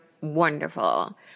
wonderful